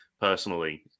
personally